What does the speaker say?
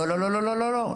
לא לא לא לא לא לא לא,